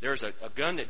there's a gun t